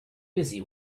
busy